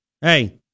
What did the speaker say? hey